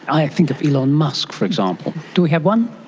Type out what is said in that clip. i think of elon musk for example. do we have one?